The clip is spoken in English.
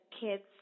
kids